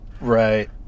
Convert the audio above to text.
Right